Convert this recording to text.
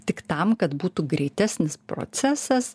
tik tam kad būtų greitesnis procesas